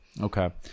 okay